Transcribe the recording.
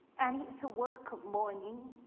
and it's a work of mourning,